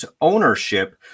ownership